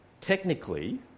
Technically